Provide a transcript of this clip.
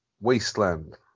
wasteland